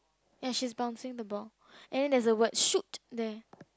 and she is bouncing the ball and then there is a word shoot there